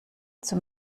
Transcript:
zum